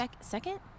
second